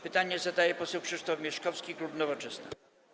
Pytanie zadaje poseł Krzysztof Mieszkowski, klub Nowoczesna.